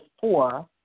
four